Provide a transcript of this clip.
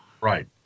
Right